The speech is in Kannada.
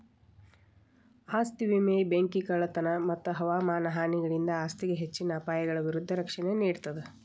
ಆಸ್ತಿ ವಿಮೆ ಬೆಂಕಿ ಕಳ್ಳತನ ಮತ್ತ ಹವಾಮಾನ ಹಾನಿಗಳಿಂದ ಆಸ್ತಿಗೆ ಹೆಚ್ಚಿನ ಅಪಾಯಗಳ ವಿರುದ್ಧ ರಕ್ಷಣೆ ನೇಡ್ತದ